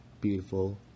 beautiful